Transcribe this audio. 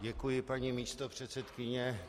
Děkuji, paní místopředsedkyně.